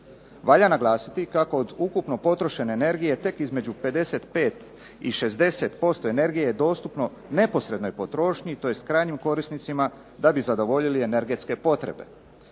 Valja naglasiti kako od ukupno potrošene energije tek između 55 i 60% energije je dostupno neposrednoj potrošnji tj. krajnjih korisnicima da bi zadovoljili energetske potrebe,